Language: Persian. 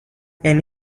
یعنی